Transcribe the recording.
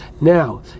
Now